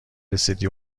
رسیدی